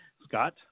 Scott